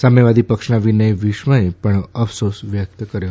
સામ્યવાદી પક્ષના વિનય વિશ્વમે પણ અફસોસ વ્યકત કર્યો